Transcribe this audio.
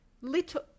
little